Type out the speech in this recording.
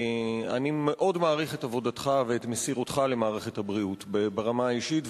אני מאוד מעריך את עבודתך ואת מסירותך למערכת הבריאות ברמה האישית,